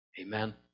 Amen